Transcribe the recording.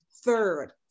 third